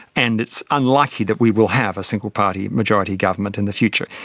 and it's unlikely that we will have a single party majority government in the future.